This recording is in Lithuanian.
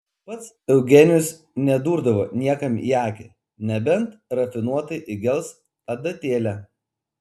pats eugenijus nedurdavo niekam į akį nebent rafinuotai įgels adatėle